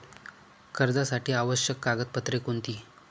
कर्जासाठी आवश्यक कागदपत्रे कोणती?